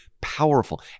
powerful